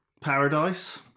Paradise